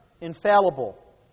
infallible